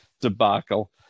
debacle